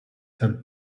had